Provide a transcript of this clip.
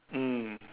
mm